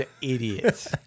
idiots